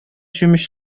чүмеч